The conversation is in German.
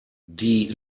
die